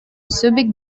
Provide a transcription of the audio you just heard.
subic